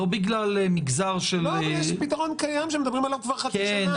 לא בגלל מגזר של --- אבל יש פתרון קיים שמדברים עליו כבר חצי שנה,